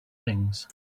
things